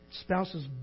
spouse's